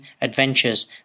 Adventures